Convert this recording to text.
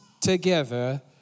together